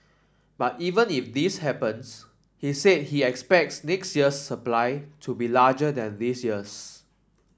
but even if this happens he said he expects next year supply to be larger than this year's